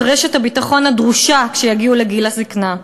רשת הביטחון הדרושה כשיגיעו לגיל הזיקנה.